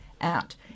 out